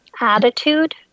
attitude